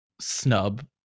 snub